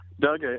Doug